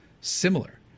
similar